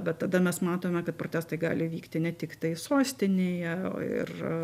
bet tada mes matome kad protestai gali vykti ne tiktai sostinėje o ir